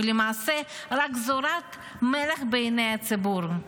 ולמעשה רק זורה מלח בעיני הציבור.